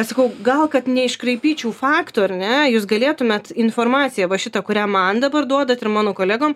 sakau gal kad neiškraipyčiau faktų ar ne jūs galėtumėt informaciją va šitą kurią man dabar duodat ir mano kolegom